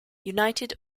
united